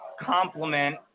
complement –